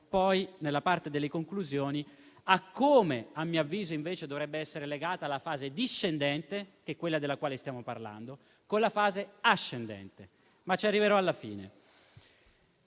poi nella parte delle conclusioni a come - a mio avviso - dovrebbe essere legata invece la fase discendente, che è quella della quale stiamo parlando, con la fase ascendente, ma lo dirò alla fine.